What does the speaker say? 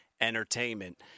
entertainment